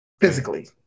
physically